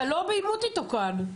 אתה לא בעימות איתו כאן.